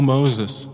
Moses